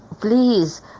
please